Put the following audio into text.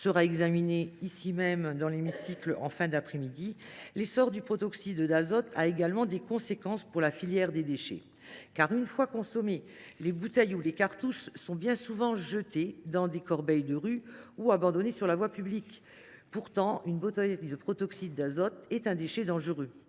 nous examinerons en fin d’après midi, l’essor du protoxyde d’azote a également des conséquences pour la filière de traitement des déchets : une fois consommées, les bouteilles ou les cartouches sont bien souvent jetées dans des corbeilles de rue ou abandonnées sur la voie publique. Pourtant, une bouteille de protoxyde d’azote est un déchet dangereux.